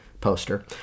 poster